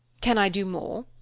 can i do more?